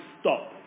stop